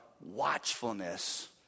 watchfulness